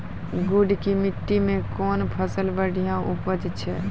गुड़ की मिट्टी मैं कौन फसल बढ़िया उपज छ?